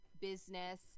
business